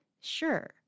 sure